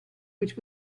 which